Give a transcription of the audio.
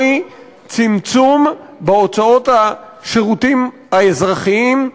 היא צמצום בהוצאות השירותים האזרחיים,